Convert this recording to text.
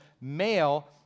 male